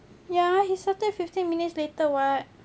ya he started fifteen minutes later [what]